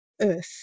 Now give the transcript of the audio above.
earth